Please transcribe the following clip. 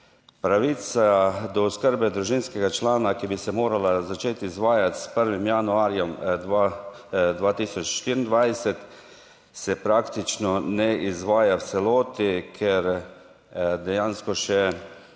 Pravica do oskrbe družinskega člana, ki bi se morala začeti izvajati s 1. januarjem 2024 se praktično ne izvaja v celoti, ker dejansko še